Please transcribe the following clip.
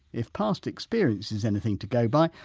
if past experience is anything to go by,